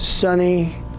sunny